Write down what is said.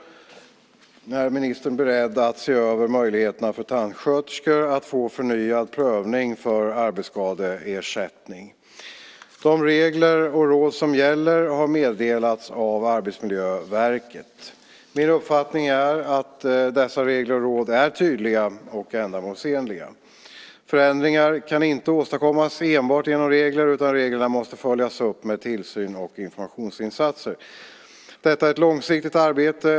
Är ministern beredd att se över möjligheterna för tandsköterskor att få förnyad prövning för arbetsskadeersättning? De regler och råd som gäller har meddelats av Arbetsmiljöverket. Min uppfattning är att dessa regler och råd är tydliga och ändamålsenliga. Förändringar kan inte åstadkommas enbart genom regler, utan reglerna måste följas upp med tillsyn och informationsinsatser. Detta är ett långsiktigt arbete.